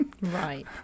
right